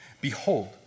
Behold